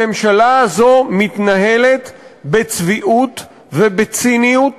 הממשלה הזאת מתנהלת בצביעות ובציניות